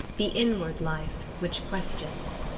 the inward life which questions.